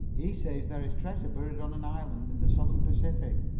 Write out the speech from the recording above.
he says there is treasure buried on an island in the southern pacific.